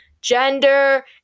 gender